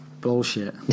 Bullshit